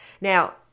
Now